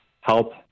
help